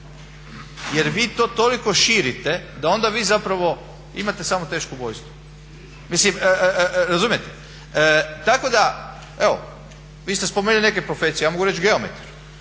jer vi to toliko širite da onda vi zapravo imate samo teško ubojstvo. Mislim, razumijete? Tako da. Evo, vi ste spomenuli neke profesije. Ja mogu reći geometri,